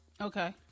Okay